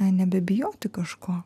nebebijoti kažko